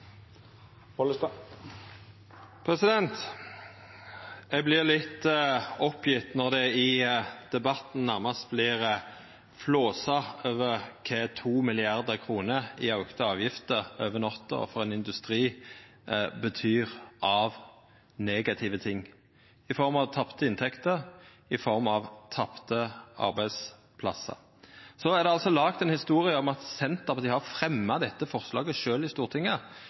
Eg vert litt oppgjeven når det i debatten nærmast vert flåsa over kva 2 mrd. kr i auka avgifter over natta for ein industri betyr av negative ting – i form av tapte inntekter, i form av tapte arbeidsplassar. Det er laga ei historie om at Senterpartiet sjølv har fremja dette forslaget i Stortinget.